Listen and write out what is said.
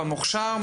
במוכש"ר?